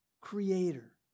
creator